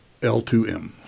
L2M